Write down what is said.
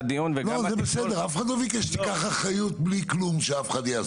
אף אחד לא ביקש שתיקח אחריות בלי שאף אחד אחר יעשה משהו.